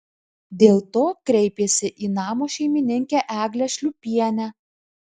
dėl to kreipėsi į namo šeimininkę eglę šliūpienę